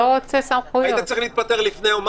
הצבעה ההסתייגות לא התקבלה.